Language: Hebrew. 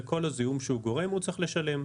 ועל כל הזיהום שהוא גורם הוא צריך לשלם.